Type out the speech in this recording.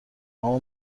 اما